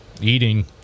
eating